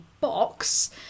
box